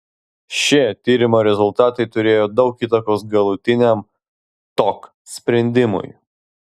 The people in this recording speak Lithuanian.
šie tyrimo rezultatai turėjo daug įtakos galutiniam tok sprendimui